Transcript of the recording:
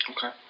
Okay